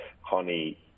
Honey